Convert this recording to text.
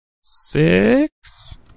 Six